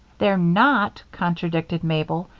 they're not, contradicted mabel,